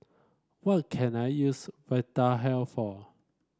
what can I use Vitahealth for